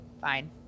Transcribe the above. fine